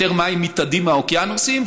יותר מים מתאדים מהאוקיינוסים,